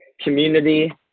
community